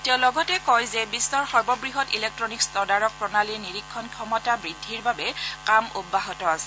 তেওঁ লগতে কয় যে বিশ্বৰ সৰ্ববৃহৎ ইলেকট্টনিকছ তদাৰক প্ৰণালীৰ নীৰিক্ষণ ক্ষমতা বৃদ্ধিৰ বাবে কাম অব্যাহত আছে